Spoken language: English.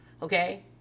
Okay